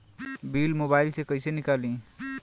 Bill mobile से कईसे निकाली?